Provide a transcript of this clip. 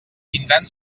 tindran